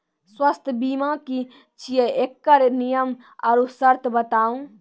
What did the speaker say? स्वास्थ्य बीमा की छियै? एकरऽ नियम आर सर्त बताऊ?